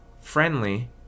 friendly